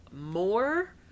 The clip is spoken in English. more